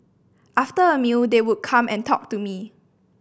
after a meal they would come and talk to me